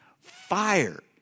Fire